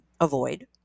avoid